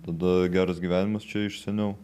tada geras gyvenimas čia iš seniau